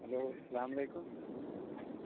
hello السلام علیکُم